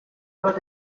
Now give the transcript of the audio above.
bat